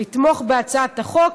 לתמוך בהצעת החוק,